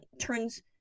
turns